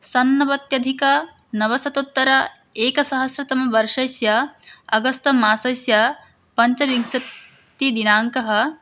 षण्णवत्यधिकनवशोतोत्तर एकसहस्रतमवर्षस्य अगस्त मासस्य पञ्चविंशतिदिनाङ्कः